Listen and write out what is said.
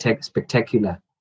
spectacular